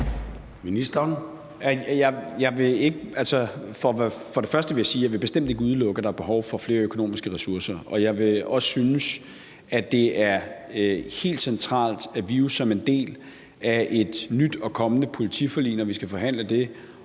Først vil jeg sige, at jeg bestemt ikke vil udelukke, at der er behov for flere økonomiske ressourcer. Og jeg vil også synes, det er helt centralt, at vi jo som en del af et nyt og kommende politiforlig, når vi skal forhandle det,